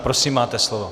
Prosím, máte slovo.